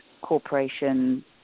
corporation